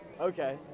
Okay